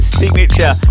signature